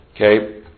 Okay